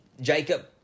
Jacob